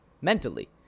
mentally